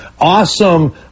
awesome